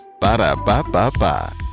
Ba-da-ba-ba-ba